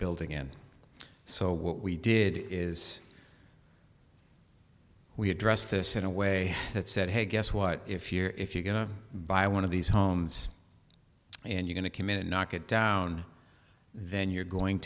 building in so what we did is we addressed this in a way that said hey guess what if you're if you're going to buy one of these homes and you going to commit and knock it down then you're going